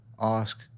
ask